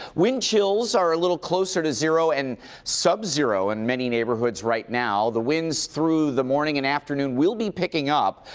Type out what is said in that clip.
wind chills are a little closer to zero and subzero in many neighborhoods right now. the winds through the morning and afternoon will be picking up,